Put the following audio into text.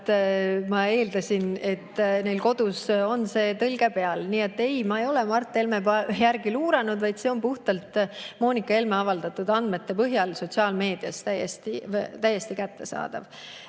ma eeldasin, et neil kodus on see tõlge peal. Nii et ei, ma ei ole Mart Helme järel luuranud, vaid see on puhtalt Moonika Helme avaldatud andmete põhjal, sotsiaalmeedias täiesti kättesaadav. Kui